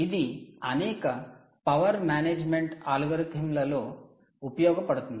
ఇది అనేక power management ఆల్గోరిథింల లో ఉపయోగపడుతుంది